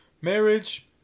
Marriage